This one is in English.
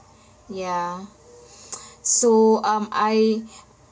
ya so um I